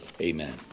Amen